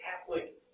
Catholic